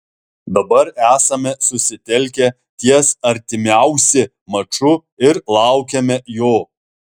dabar esame susitelkę ties artimiausi maču ir laukiame jo